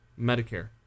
Medicare